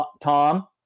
Tom